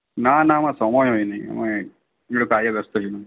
না না আমার সময় হয়নি আমি একটু কাজে ব্যস্ত ছিলাম